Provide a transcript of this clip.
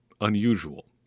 unusual